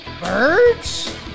birds